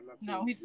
No